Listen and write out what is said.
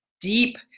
deep